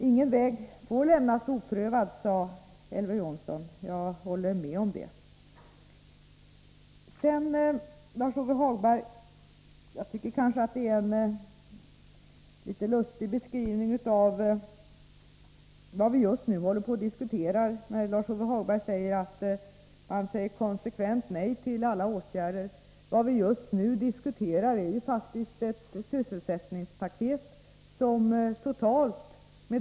Ingen väg får lämnas oprövad, sade Elver Jonsson. Jag håller med om det. Jag tycker att Lars-Ove Hagberg gör en litet lustig beskrivning av vad vi just nu diskuterar. Han säger konsekvent nej till alla åtgärder. Vad vi nu diskuterar är ju faktiskt sysselsättningspaketet totalt.